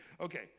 Okay